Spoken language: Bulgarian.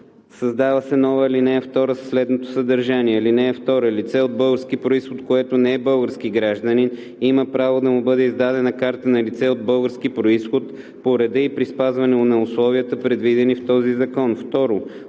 Създава се нова ал. 2 със следното съдържание: „(2) Лице от български произход, което не е български гражданин, има право да му бъде издадена карта на лице от български произход по реда и при спазване на условията, предвидени в този закон.“